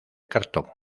cartón